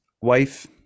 wife